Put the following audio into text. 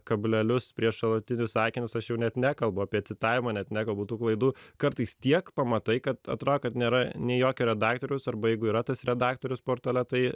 kablelius prieš šalutinius sakinius aš jau net nekalbu apie citavimą net nekalbu tų klaidų kartais tiek pamatai kad atrodo kad nėra nei jokio redaktoriaus arba jeigu yra tas redaktorius portale tai